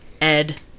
Ed